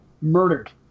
murdered